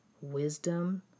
wisdom